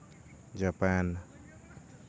Japan